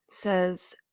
Says